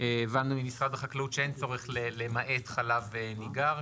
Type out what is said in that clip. הבנו ממשרד החקלאות שאין צורך, למעט חלב ניגר.